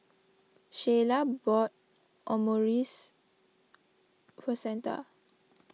Sheyla bought Omurice for Santa